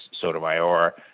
Sotomayor